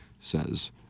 says